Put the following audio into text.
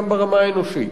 גם ברמה האנושית,